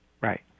Right